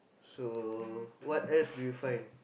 so what else do you find